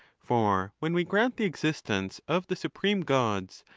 for when we grant the existence of the supreme gods,